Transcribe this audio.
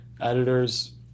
Editors